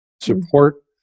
support